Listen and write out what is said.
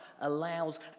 allows